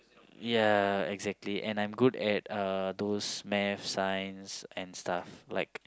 ya exactly and I'm good at uh those math science and stuff like